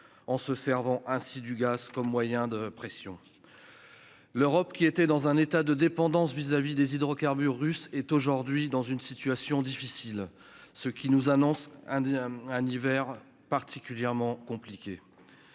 en se servant ainsi du gaz comme moyen de pression, l'Europe qui était dans un état de dépendance vis-à-vis des hydrocarbures russes est aujourd'hui dans une situation difficile, ce qui nous annonce un un hiver particulièrement compliqué,